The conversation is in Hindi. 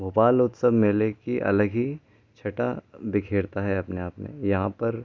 भोपाल उत्सव मेले की अलग ही छटा बिखेरता है अपने आप में यहाँ पर